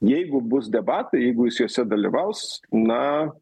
jeigu bus debatai jeigu jis juose dalyvaus na